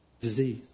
disease